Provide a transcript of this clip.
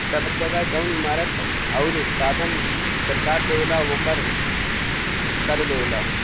सब जगह जौन इमारत आउर साधन सरकार देवला ओकर कर लेवला